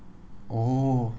oh